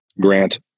Grant